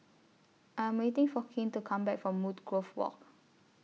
I Am waiting For Kane to Come Back from Woodgrove Walk